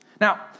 Now